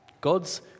God's